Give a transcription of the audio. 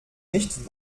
nicht